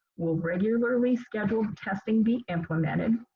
will regularly scheduled testing be implemented?